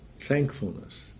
Thankfulness